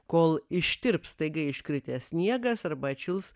kol ištirps staiga iškritęs sniegas arba atšils